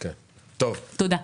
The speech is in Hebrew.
תודה.